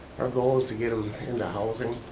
our goal is to get him into housing.